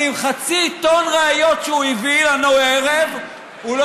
כי עם חצי טון ראיות שהוא הביא לנו הערב הוא לא